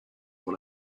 pour